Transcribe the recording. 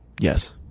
Yes